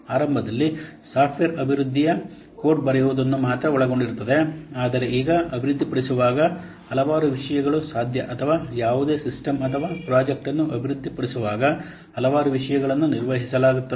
ಆರಂಭದಲ್ಲಿ ಸಾಫ್ಟ್ವೇರ್ ಅಭಿವೃದ್ಧಿಯು ಕೋಡ್ ಬರೆಯುವುದನ್ನು ಮಾತ್ರ ಒಳಗೊಂಡಿರುತ್ತದೆ ಆದರೆ ಈಗ ಅಭಿವೃದ್ಧಿಪಡಿಸುವಾಗ ಹಲವಾರು ವಿಷಯಗಳು ಸಾಧ್ಯ ಅಥವಾ ಯಾವುದೇ ಸಿಸ್ಟಮ್ ಅಥವಾ ಪ್ರಾಜೆಕ್ಟ್ ಅನ್ನು ಅಭಿವೃದ್ಧಿಪಡಿಸುವಾಗ ಹಲವಾರು ವಿಷಯಗಳನ್ನು ನಿರ್ವಹಿಸಲಾಗುತ್ತದೆ